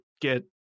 get